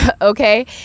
okay